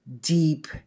deep